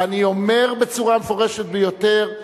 ואני אומר בצורה המפורשת ביותר: